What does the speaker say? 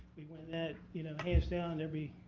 we won that you know hands down every